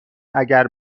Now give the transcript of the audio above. اگر